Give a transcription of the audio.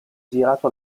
girato